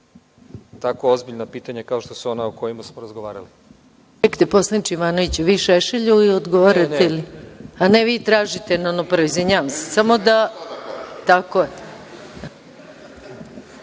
tako ozbiljna pitanja kao što su ona o kojima smo razgovarali…